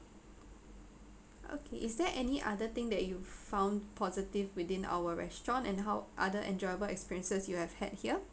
okay is there any other thing that you found positive within our restaurant and how other enjoyable experiences you have had here